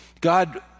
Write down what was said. God